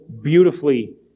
beautifully